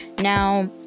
Now